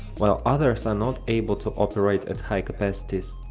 while others are not able to operate at high capacities.